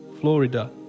Florida